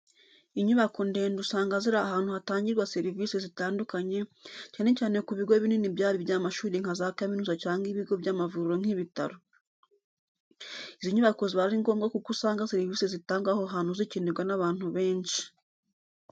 Inyubako ndende usanga ziri ahantu hatangirwa serivise zitandukanye, cyane cyane ku bigo binini byaba iby'amashuri nka za kaminuza cyangwa ibigo by'amavuriro nk'ibitaro. Izi nyubako ziba ari ngombwa kuko usanga serivise zitangwa aho hantu zikenerwa n'abantu benshi.